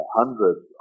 hundreds